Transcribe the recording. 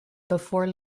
before